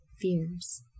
fears